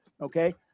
okay